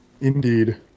indeed